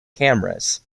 cameras